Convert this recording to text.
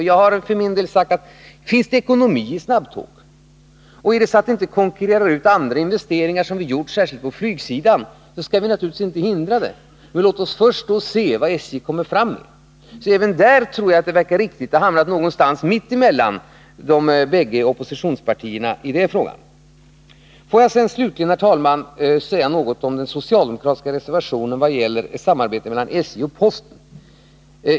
Jag har för min del sagt att om det finns ekonomi i snabbtåg och de inte konkurrerar ut andra investeringar som vi gjort, t.ex. på flygsidan, då skall vi inte hindra snabbtågen. Men låt oss först se vad SJ kommer fram till. Även där tycker jag alltså att jag hamnat rätt, mitt emellan bägge oppositionspartierna. Får jag slutligen, herr talman, säga något om den socialdemokratiska reservationen beträffande samarbete mellan SJ och posten.